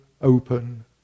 open